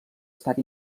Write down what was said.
estat